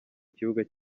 kibuga